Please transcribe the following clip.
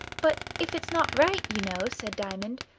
but if it's not right, you know, said diamond,